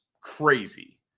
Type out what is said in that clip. crazy